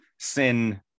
Sin